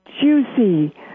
juicy